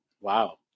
Wow